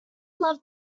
loved